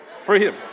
freedom